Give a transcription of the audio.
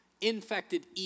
Infected